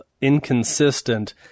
inconsistent